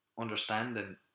understanding